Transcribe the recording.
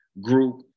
group